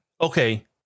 okay